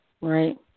Right